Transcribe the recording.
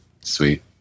sweet